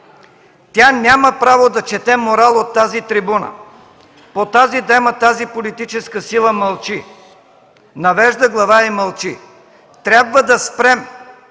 Тя няма право да чете морал от тази трибуна. По тази тема тази политическа сила мълчи, навежда глава и мълчи. Трябва да спрем